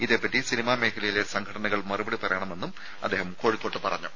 ഇതേപ്പറ്റി സിനിമാ മേഖലയിലെ സംഘടനകൾ മറുപടി പറയണമെന്നും അദ്ദേഹം കോഴിക്കോട്ട് പറഞ്ഞു